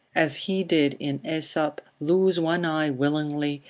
as he did in aesop, lose one eye willingly,